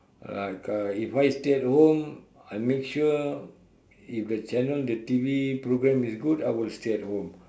like uh if I stay at home I make sure if the channel the T_V programme is good I will stay at home